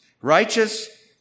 righteous